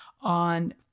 on